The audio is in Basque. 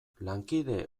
lankide